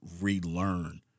relearn